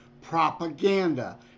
propaganda